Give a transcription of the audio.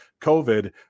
covid